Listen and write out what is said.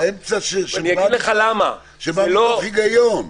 לא, אמצע שבא מתוך היגיון.